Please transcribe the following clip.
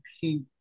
pink